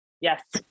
Yes